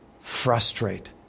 frustrate